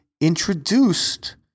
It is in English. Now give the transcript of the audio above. introduced